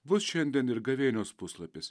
bus šiandien ir gavėnios puslapis